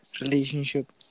relationship